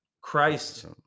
Christ